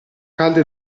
calda